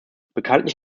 bekanntlich